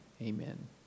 Amen